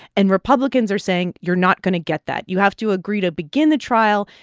and republicans are saying, you're not going to get that. you have to agree to begin the trial,